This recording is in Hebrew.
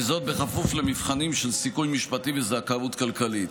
וזאת בכפוף למבחנים של סיכוי משפטי וזכאות כלכלית.